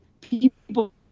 people